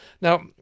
Now